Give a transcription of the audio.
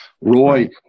Roy